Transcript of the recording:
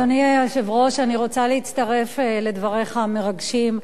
אדוני היושב-ראש, אני רוצה להצטרף לדבריך המרגשים,